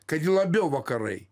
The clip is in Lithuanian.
kad ji labiau vakarai